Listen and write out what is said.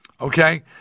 Okay